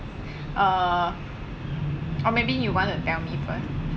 uh or maybe you want to tell me first